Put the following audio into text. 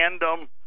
random –